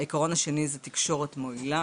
העיקרון השני זה תקשורת מועילה,